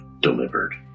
delivered